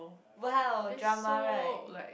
!wow! drama right